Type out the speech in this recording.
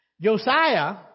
Josiah